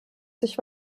sich